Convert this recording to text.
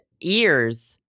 ears